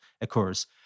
occurs